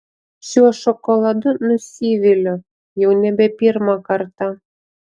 šiuo šokoladu nusiviliu jau nebe pirmą kartą